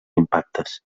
impactes